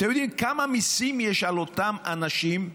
אתם יודעים כמה מיסים יש על אותם אנשים?